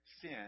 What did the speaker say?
sin